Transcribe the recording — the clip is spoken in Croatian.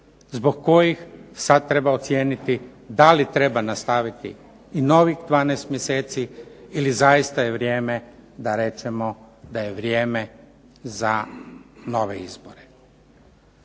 zbog kojih sad treba ocijeniti da li treba nastaviti i novih 12 mjeseci ili zaista je vrijeme da rečemo da je vrijeme za nove izbore.